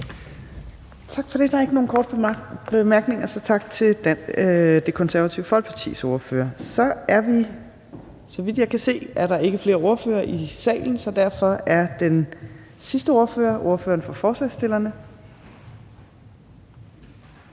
Tak for det. Der er ikke nogen korte bemærkninger, så tak til Det Konservative Folkepartis ordfører. Så vidt jeg kan se, er der ikke flere ordførere for partierne i salen, så derfor er den sidste ordfører ordføreren for forslagsstillerne,